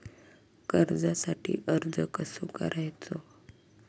कर्जासाठी अर्ज कसो करायचो?